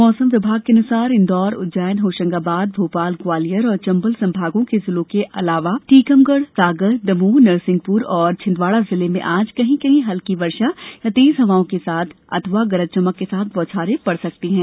मौसम विभाग के अनुसार इंदौर उज्जैन होशंगाबाद भोपाल ग्वालियर एवं चंबल संभागों के जिलों के अलावा टीकमगढ़ सागर दमोह नरसिंहपुर और छिंदवाड़ा जिले में आज कही कहीं हल्की वर्षा या तेज हवाओं के चलने अथवा गरज चमक के साथ बौछारे पड़ सकती है